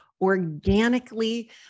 organically